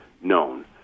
known